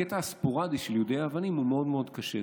הקטע הספורדי של יידויי האבנים הוא מאוד מאוד קשה.